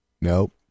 Nope